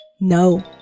no